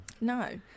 No